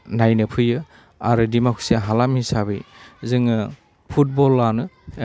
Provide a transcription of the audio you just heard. नायनो फैयो आरो दिमाकुसि हालाम हिसाबै जोङो फुटबलानो